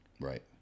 Right